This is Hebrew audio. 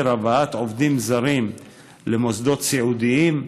הבאת עובדים זרים למוסדות סיעודיים,